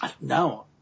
No